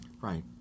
Right